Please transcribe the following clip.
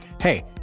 Hey